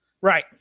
Right